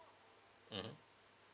mmhmm